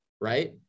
Right